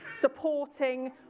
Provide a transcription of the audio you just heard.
supporting